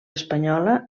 espanyola